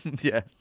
Yes